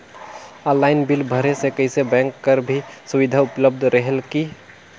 Online bill भरे से कइसे बैंक कर भी सुविधा उपलब्ध रेहेल की?